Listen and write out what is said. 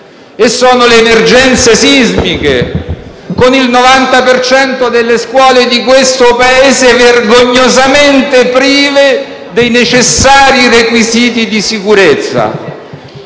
alle emergenze sismiche, con il 90 per cento delle scuole di questo Paese vergognosamente prive dei necessari requisiti di sicurezza,